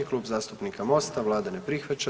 Klub zastupnika Mosta, Vlada ne prihvaća.